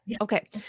Okay